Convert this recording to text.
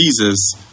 Jesus